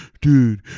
Dude